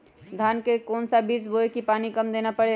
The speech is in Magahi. धान का कौन सा बीज बोय की पानी कम देना परे?